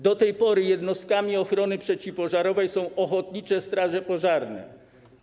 Do tej pory jednostkami ochrony przeciwpożarowej są ochotnicze straże pożarne.